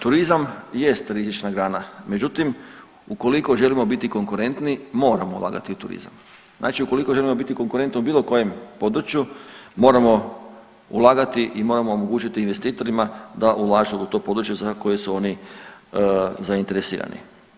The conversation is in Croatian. Turizam jest rizična grana, međutim ukoliko želimo biti konkurentni moramo ulagati u turizam, znači ukoliko želimo biti konkurentni u bilo kojem području moramo ulagati i moramo omogućiti investitorima da ulažu u to područje za koje su oni zainteresirani.